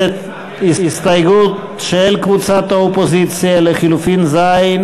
של קבוצת סיעת מרצ, קבוצת סיעת